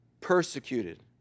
persecuted